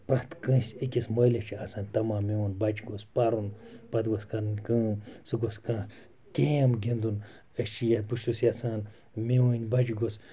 پرٮ۪تھ کٲنٛسہِ أکِس مٲلِس چھِ آسان تَمام میون بَچہِ گوٚژھ پَرُن پَتہٕ گوٚژھ کَرٕنۍ کٲم سُہ گوٚژھ کانٛہہ گیم گِنٛدُن أسۍ چھِ یَتھ بہٕ چھُس یَژھان میٛٲنۍ بَچہِ گوٚژھ